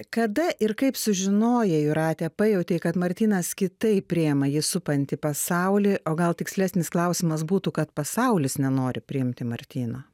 kada ir kaip sužinojai jūrate pajautei kad martynas kitaip priima jį supantį pasaulį o gal tikslesnis klausimas būtų kad pasaulis nenori priimti martyno